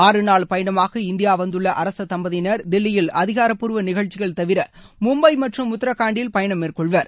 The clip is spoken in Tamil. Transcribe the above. ஆறு நாள் பயணமாக இந்தியா வந்துள்ள அரச தம்பதியினர் தில்லியில் அதிகாரப்பூர்வ நிகழ்ச்சிகள் தவிர மும்பை மற்றும் உத்ரகாண்டில் பயணம் மேற்கொள்வார்கள்